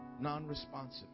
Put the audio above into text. non-responsive